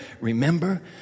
Remember